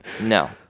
No